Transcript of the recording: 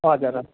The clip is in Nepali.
हजुर हजुर